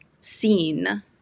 seen